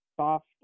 soft